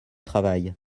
travail